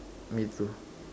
me too